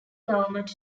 government